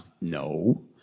no